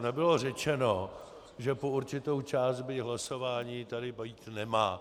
Nebylo řečeno, že po určitou část, byť hlasování, tady být nemá.